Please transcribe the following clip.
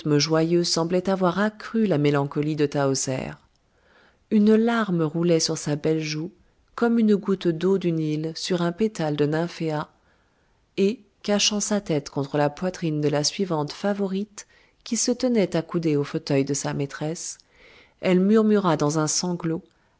semblait avoir accru la mélancolie de tahoser une larme roulait sur sa belle joue comme une goutte d'eau du nil sur un pétale de nymphæa et cachant sa tête contre la poitrine de la suivante favorite qui se tenait accoudée au fauteuil de sa maîtresse elle murmura dans un sanglot